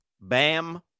Bam